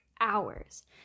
hours